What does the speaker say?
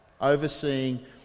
overseeing